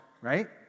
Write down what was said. right